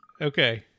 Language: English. Okay